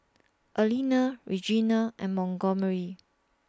Alina Regina and Montgomery